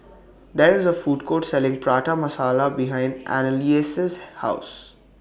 There IS A Food Court Selling Prata Masala behind Anneliese's House